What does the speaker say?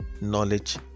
knowledge